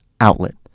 outlet